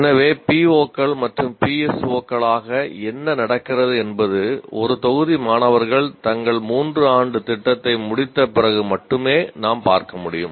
எனவே POக்கள் மற்றும் PSOக்களாக என்ன நடக்கிறது என்பது ஒரு தொகுதி மாணவர்கள் தங்கள் 3 ஆண்டு திட்டத்தை முடித்த பிறகு மட்டுமே நாம் பார்க்க முடியும்